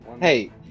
Hey